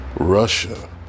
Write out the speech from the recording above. Russia